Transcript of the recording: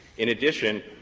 in addition,